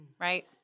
Right